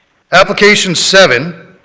application seven,